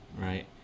right